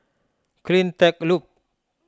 CleanTech Loop